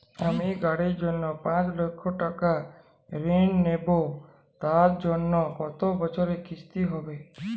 আমি গাড়ির জন্য পাঁচ লক্ষ টাকা ঋণ নেবো তার জন্য কতো বছরের কিস্তি হবে?